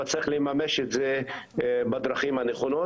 אבל צריך לממש את זה בדרכים הנכונות.